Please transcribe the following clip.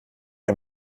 ein